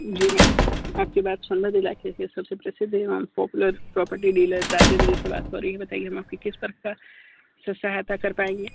जी ma'am आप की बात सोनभद्र इलाक़े के सब से प्रसिद्ध एवं popular property dealer Rajendra ji से बात हो रही है बताइए मैं आप की किस प्रकार से सहायता कर पाएंगे